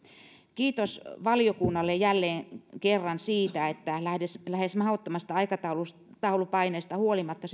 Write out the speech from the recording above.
kiitos valiokunnalle jälleen kerran siitä että se teki lähes mahdottomasta aikataulupaineesta huolimatta